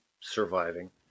surviving